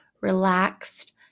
relaxed